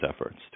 efforts